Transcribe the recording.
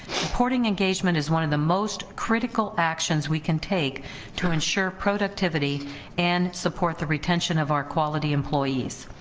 supporting engagement is one of the most critical actions we can take to ensure productivity and support. the retention of our quality employees,